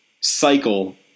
cycle